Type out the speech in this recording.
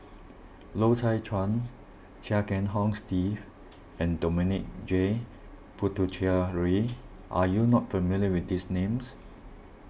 Loy Chye Chuan Chia Kiah Hong Steve and Dominic J Puthucheary are you not familiar with these names